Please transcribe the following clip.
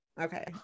okay